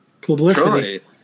Publicity